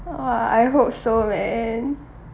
!wah! I hope so man